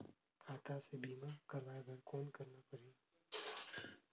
खाता से बीमा करवाय बर कौन करना परही?